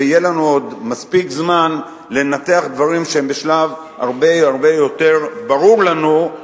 ויהיה לנו עוד מספיק זמן לנתח דברים שהם בשלב הרבה הרבה יותר ברור לנו,